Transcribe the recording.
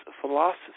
philosophy